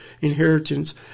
inheritance